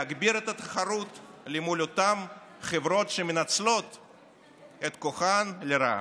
להגביר את התחרות אל מול אותן חברות שמנצלות את כוחן לרעה.